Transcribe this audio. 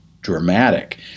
dramatic